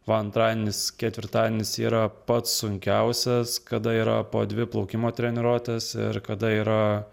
va antradienis ketvirtadienis yra pats sunkiausias kada yra po dvi plaukimo treniruotes ir kada yra